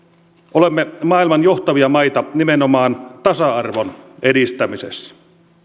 olemme maailman johtavia maita nimenomaan tasa arvon edistämisessä